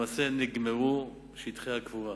למעשה נגמרו שטחי הקבורה.